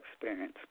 experience